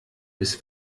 bis